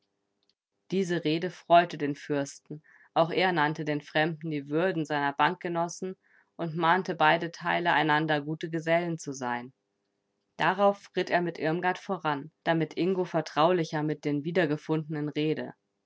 diese rede freute den fürsten auch er nannte den fremden die würden seiner bankgenossen und mahnte beide teile einander gute gesellen zu sein darauf ritt er mit irmgard voran damit ingo vertraulicher mit den wiedergefundenen rede